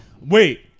Wait